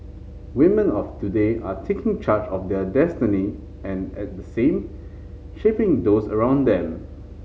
women of today are taking charge of their destiny and at the same shaping those around them